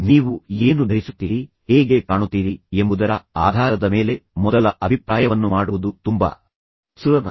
ನೀವು ಏನು ಧರಿಸುತ್ತೀರಿ ಹೇಗೆ ಕಾಣುತ್ತೀರಿ ಎಂಬುದರ ಆಧಾರದ ಮೇಲೆ ಮೊದಲ ಅಭಿಪ್ರಾಯವನ್ನು ಮಾಡುವುದು ತುಂಬಾ ಸುಲಭ